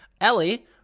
Ellie